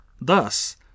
Thus